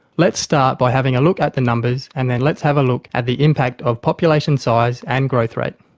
let's start by having a look at the numbers and then let's have a look at the impact of population size and growth rate.